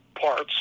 parts